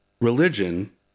religion